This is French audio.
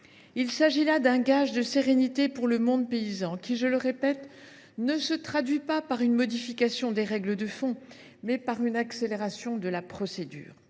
Il s’agit là d’un gage de sérénité pour le monde paysan qui, je le répète, se traduit non par une modification des règles de fond, mais par une accélération de la procédure.